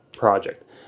Project